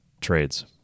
trades